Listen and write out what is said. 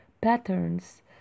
patterns